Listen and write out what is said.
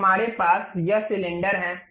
तो हमारे पास यह सिलेंडर है